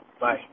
Bye